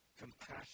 compassion